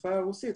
בשפה הרוסית,